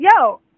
yo